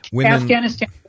Afghanistan